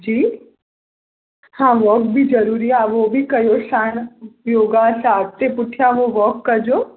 जी हा वॉक बि ज़रूरी आहे उहो बि कयो साणु योगा सां अॻिते पुठियां पोइ वॉक कजो